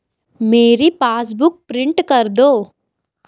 मेरी passbook print कर दो